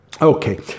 Okay